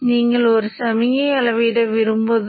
எனவே இது Vo அலைவடிவம்